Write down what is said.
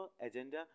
agenda